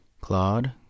Claude